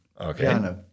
Okay